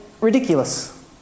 ridiculous